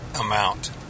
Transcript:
amount